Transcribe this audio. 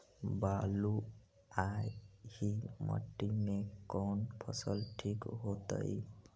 बलुआही मिट्टी में कौन फसल ठिक होतइ?